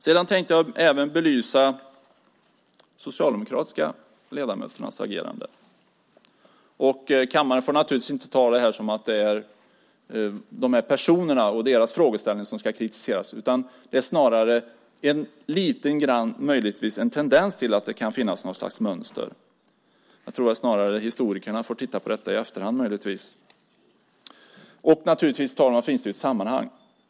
Jag tänkte även belysa de socialdemokratiska ledamöternas agerande. Kammaren får naturligtvis inte ta det här som att det är de här personerna och deras frågeställningar som ska kritiseras. Det visar snarare en tendens till att det kan finnas något slags mönster. Jag tror möjligtvis att historikerna får titta på detta i efterhand och ta detta i sitt sammanhang.